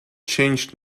changed